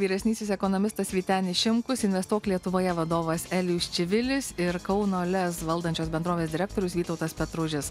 vyresnysis ekonomistas vytenis šimkus investuok lietuvoje vadovas elijus čivilis ir kauno lez valdančios bendrovės direktorius vytautas petružis